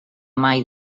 mai